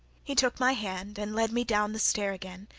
he took my hand and led me down the stair again,